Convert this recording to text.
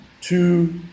Two